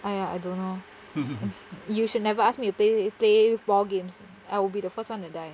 !aiya! I don't know you should never asked me to play play ball games I will be the first [one] to die